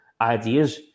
ideas